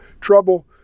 trouble